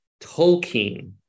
Tolkien